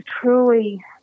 truly